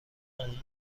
اون